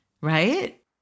right